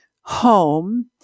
home